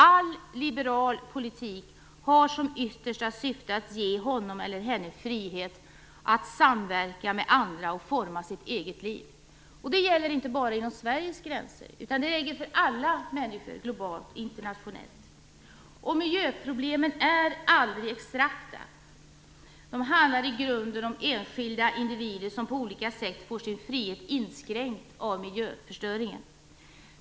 All liberal politik har som yttersta syfte att ge honom eller henne frihet att samverka med andra och forma sitt eget liv. Det gäller inte bara inom Sveriges gränser utan för alla människor globalt och internationellt. Miljöproblemen är aldrig abstrakta. De handlar i grunden om enskilda individer som på olika sätt får sin frihet inskränkt av miljöförstöringen.